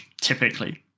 typically